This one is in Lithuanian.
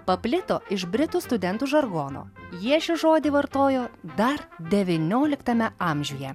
paplito iš britų studentų žargono jie šį žodį vartojo dar devynioliktame amžiuje